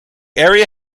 area